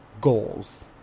goals